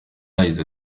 yagize